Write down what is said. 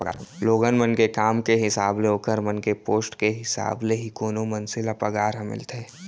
लोगन मन के काम के हिसाब ले ओखर मन के पोस्ट के हिसाब ले ही कोनो मनसे ल पगार ह मिलथे